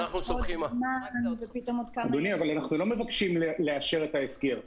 אדוני, אנחנו לא מבקשים לאשר את ההסגר.